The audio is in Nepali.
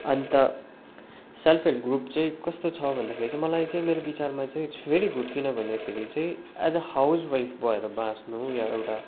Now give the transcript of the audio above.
अन्त सेल्फ हेल्प ग्रुप चाहिँ कस्तो छ भन्दाखेरि चाहिँ मलाई चाहिँ मेरो विचारमा चाहिँ इट्स भेरी गुड किनभनेखेरि चाहिँ एज अ हाउस वाइफ भएर बाँच्नु या एउटा